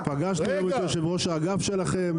פגשנו את יושב ראש האגף שלכם.